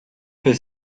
fait